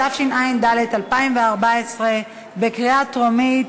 התשע"ד 2014, בקריאה טרומית.